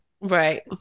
Right